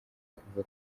kuva